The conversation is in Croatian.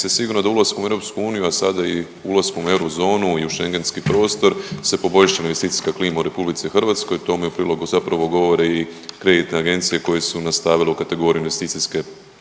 je sigurno da ulaskom u EU, a sada i ulaskom u eurozonu i u schengenski prostor se poboljšala investicijska klima u Republici Hrvatskoj. Tome u prilog zapravo govore i kreditne agencije koje su nastavile u kategoriji investicijskog